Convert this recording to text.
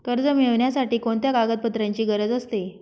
कर्ज मिळविण्यासाठी कोणत्या कागदपत्रांची गरज असते?